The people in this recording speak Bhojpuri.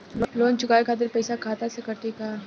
लोन चुकावे खातिर पईसा खाता से कटी का?